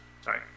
Sorry